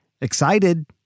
Excited